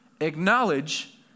acknowledge